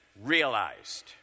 ...realized